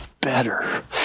better